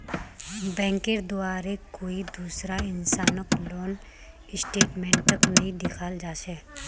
बैंकेर द्वारे कोई दूसरा इंसानक लोन स्टेटमेन्टक नइ दिखाल जा छेक